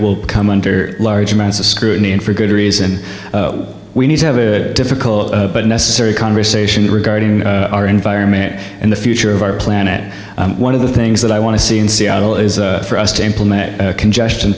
will come under large amounts of scrutiny and for good reason we need to have a difficult but necessary conversation regarding our environment and the future of our planet one of the things that i want to see in seattle is for us to implement congestion